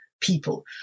people